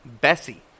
Bessie